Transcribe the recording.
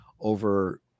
over